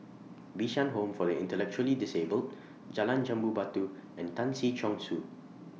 Bishan Home For The Intellectually Disabled Jalan Jambu Batu and Tan Si Chong Su